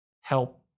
help